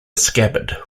scabbard